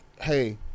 hey